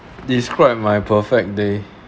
describe my perfect day